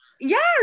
yes